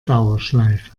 dauerschleife